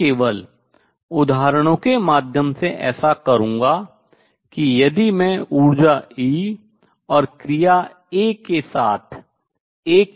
मैं केवल उदाहरणों के माध्यम से ऐसा करूंगा कि यदि मैं ऊर्जा E और क्रिया A के साथ एक निकाय लेता हूँ